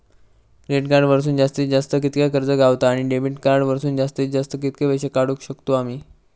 Credit card वरसून जास्तीत जास्त कितक्या कर्ज गावता, आणि डेबिट कार्ड वरसून जास्तीत जास्त कितके पैसे काढुक शकतू आम्ही?